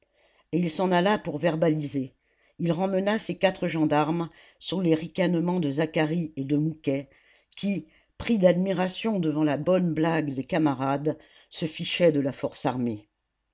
et il s'en alla pour verbaliser il remmena ses quatre gendarmes sous les ricanements de zacharie et de mouquet qui pris d'admiration devant la bonne blague des camarades se fichaient de la force armée